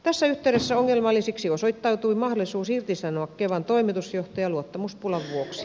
tässä yhteydessä ongelmalliseksi osoittautui mahdollisuus irtisanoa kevan toimitusjohtaja luottamuspulan vuoksi